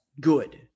good